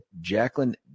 Jacqueline